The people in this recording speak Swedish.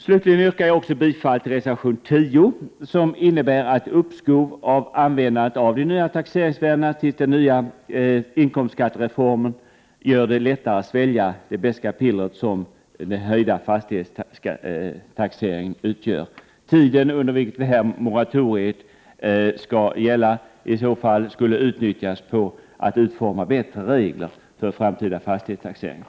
Slutligen yrkar jag bifall till reservation 10, som innebär uppskov med användandet av de nya taxeringsvärdena tills den nya inkomstskattereformen gör det lättare att svälja det beska piller som den höjda fastighetsskatten utgör. Tiden under vilken det här moratoriet i så fall skall gälla skulle utnyttjas till att utforma bättre regler för framtida fastighetstaxeringar.